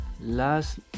Last